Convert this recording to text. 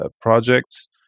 projects